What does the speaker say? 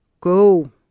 go